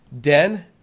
Den